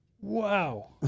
wow